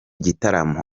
gitaramo